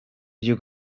you